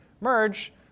merge